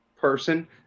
person